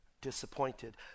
disappointed